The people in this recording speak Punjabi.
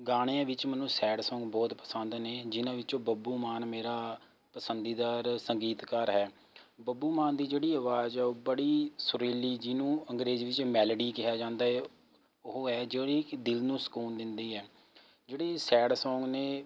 ਗਾਣੇ ਵਿੱਚ ਮੈਨੂੰ ਸੈਡ ਸੋਂਗ ਬਹੁਤ ਪਸੰਦ ਨੇ ਜਿਨ੍ਹਾਂ ਵਿੱਚੋਂ ਬੱਬੂ ਮਾਨ ਮੇਰਾ ਪਸੰਦੀਦਾ ਸੰਗੀਤਗਾਰ ਹੈ ਬੱਬੂ ਮਾਨ ਦੀ ਜਿਹੜੀ ਅਵਾਜ਼ ਹੈ ਉਹ ਬੜੀ ਸੁਰੀਲੀ ਜਿਹਨੂੰ ਅੰਗਰੇਜ਼ੀ ਵਿੱਚ ਮੈਲੋਡੀ ਕਿਹਾ ਜਾਂਦਾ ਹੈ ਉਹ ਹੈ ਜਿਹੜੀ ਕਿ ਦਿਲ ਨੂੰ ਸਕੂਨ ਦਿੰਦੀ ਹੈ ਜਿਹੜੇ ਸੈਡ ਸੌਗ ਨੇ